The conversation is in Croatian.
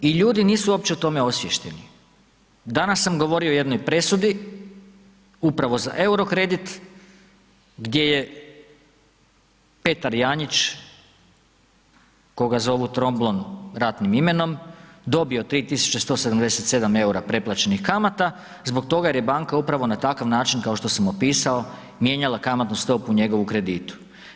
I ljudi nisu uopće o tome osviješteni, danas sam govorio o jednoj presudi upravo za EUR-o kredit gdje je Petar Janjić, koga zovu Tromblon ratnim imenom, dobio 3.177 EUR-a preplaćenih kamata zbog toga jer je banka upravo na takav način kao što sam opisao mijenjala kamatnu stopu u njegovu kreditu.